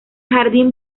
jardín